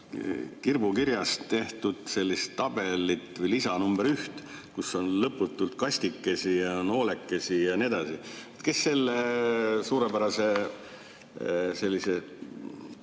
kirbukirjas tehtud sellist tabelit või lisa nr 1, kus on lõputult kastikesi ja noolekesi ja nii edasi. Kes selle suurepärase joonise